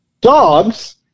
dogs